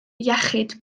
iechyd